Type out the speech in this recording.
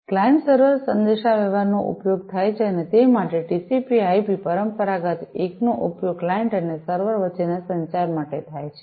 client server સંદેશાવ્યવહારનો ઉપયોગ થાય છે અને તે માટે ટીસીપી આઈપી TCP IP પરંપરાગત એકનો ઉપયોગ ક્લાયંટ અને સર્વર વચ્ચેના સંચાર માટે થાય છે